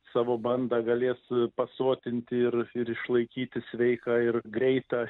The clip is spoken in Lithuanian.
savo bandą galės pasotinti ir ir išlaikyti sveiką ir greitą